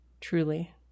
Truly